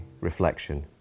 reflection